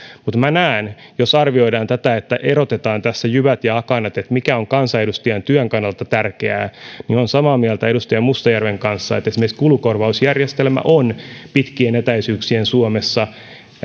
mutta minä näen jos arvioidaan tätä niin että erotetaan tässä jyvät ja akanat mikä on kansanedustajan työn kannalta tärkeää että olen samaa mieltä edustaja mustajärven kanssa että esimerkiksi kulukorvausjärjestelmä on pitkien etäisyyksien suomessa